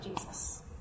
Jesus